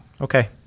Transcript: okay